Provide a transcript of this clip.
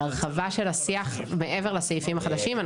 על הרחבה של השיח מעבר לסעיפים החדשים.